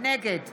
נגד